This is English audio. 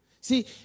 See